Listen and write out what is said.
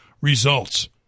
Results